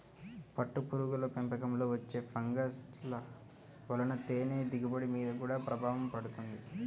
పట్టుపురుగుల పెంపకంలో వచ్చే ఫంగస్ల వలన తేనె దిగుబడి మీద గూడా ప్రభావం పడుతుంది